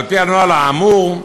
על-פי הנוהל האמור,